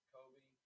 Kobe